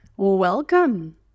Welcome